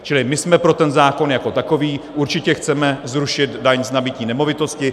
Čili my jsme pro ten zákon jako takový, určitě chceme zrušit daň z nabytí nemovitosti.